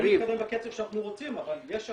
זה לא מתקדם בקצב שאנחנו רוצים אבל יש הקצאות.